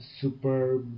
super